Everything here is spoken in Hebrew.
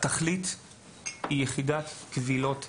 התכלית היא יחידת קבילות מצוינת,